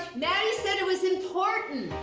matty said it was important!